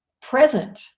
present